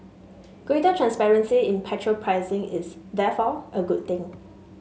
greater transparency in petrol pricing is therefore a good thing